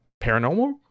paranormal